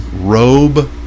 robe